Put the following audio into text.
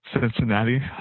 Cincinnati